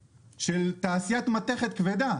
תעשיית מתכת כבדה.